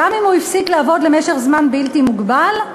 גם אם הוא הפסיק לעבוד למשך זמן בלתי מוגבל,